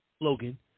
Logan